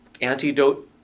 antidote